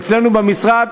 אצלנו במשרד